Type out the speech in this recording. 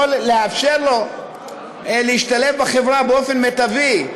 יכול לאפשר לו להשתלב בחברה באופן מיטבי,